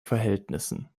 verhältnissen